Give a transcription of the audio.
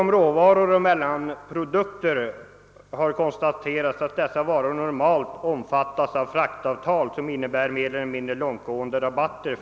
Det har konstaterats att råvaror och mellanprodukter normalt omfattas av fraktavtal som innebär mer eller mindre långtgående rabatter.